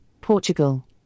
Portugal